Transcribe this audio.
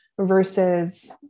versus